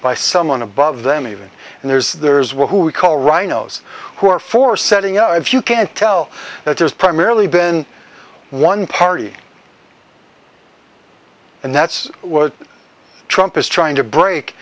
by someone above them either and there's there's one who call rhinos who are for setting a if you can't tell that there's primarily been one party and that's what trump is trying to break